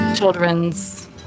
children's